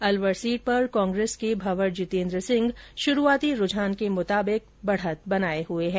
Alwar seat पर कांग्रेस के भंवर जितेन्द्र सिंह श्रुआती रुझान के मुताबिक बढ़त बनाये हुए हैं